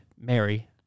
Mary